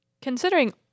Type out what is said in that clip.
considering